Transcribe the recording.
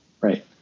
right